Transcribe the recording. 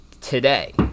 Today